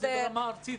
זו מגמה ארצית.